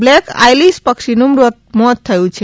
black આઇલીસ પક્ષીનું મોત થયું છે